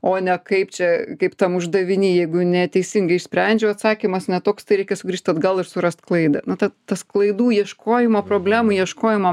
o ne kaip čia kaip tam uždaviny jeigu neteisingai išsprendžiau atsakymas ne toks tai reikia sugrįžt atgal ir surast klaidą nu ta tas klaidų ieškojimo problemų ieškojimo